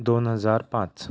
दोन हजार पांच